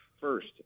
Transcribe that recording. first